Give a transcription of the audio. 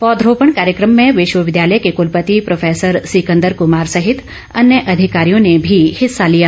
पौधारोपण कार्यक्रम में विश्वविद्यालय के कलपति प्रोफैसर सिकन्दर कमार सहित अन्य अधिकारियों ने भी हिस्सा लिया